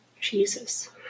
Jesus